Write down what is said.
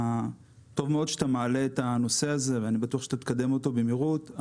טוב מאוד שאתה מעלה את הנושא ואני בטוח שתקדם אותו במהירות.